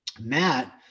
Matt